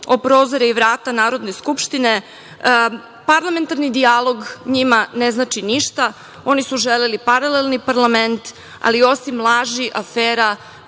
o prozore i vrata Narodne skupštine. Parlamentarni dijalog njima ne znači ništa, oni su želeli paralelni parlament, ali osim laži, afera,